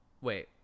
Wait